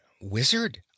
Wizard